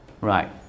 right